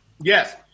Yes